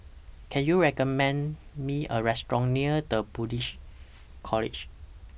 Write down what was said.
Can YOU recommend Me A Restaurant near The Buddhist College